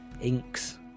inks